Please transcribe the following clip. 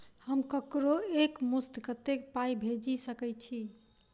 हम ककरो एक मुस्त कत्तेक पाई भेजि सकय छी?